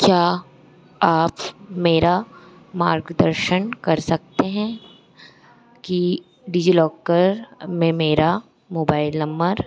क्या आप मेरा मार्गदर्शन कर सकते हैं कि डिजिलॉकर में मेरा मोबाइल नंबर